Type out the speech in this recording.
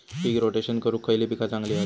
पीक rotation करूक खयली पीका चांगली हत?